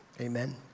Amen